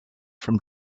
from